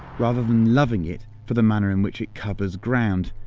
rather than loving it for the manner in which it covers ground.